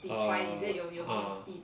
err ah